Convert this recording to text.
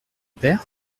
père